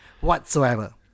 whatsoever